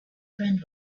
friend